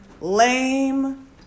Lame